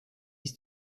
ist